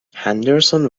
henderson